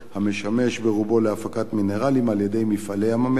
המשמש ברובו להפקת מינרלים על-ידי "מפעלי ים-המלח".